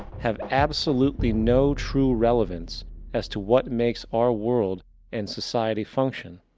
have absolutely no true relevance as to what makes our world and society function.